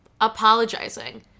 apologizing